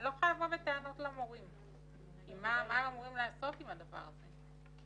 אני לא יכולה לבוא בטענות למורים כי מה הם אמורים לעשות עם הדבר הזה?